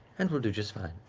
and we'll do just fine.